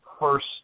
first